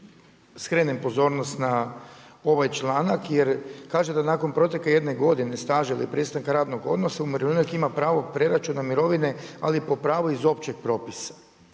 skrenem pozornost na ovaj članak jer kaže da nakon proteka jedne godine staža ili prestanka radnog odnosa umirovljenik ima pravo preračuna mirovine ali po pravu iz općeg propisa.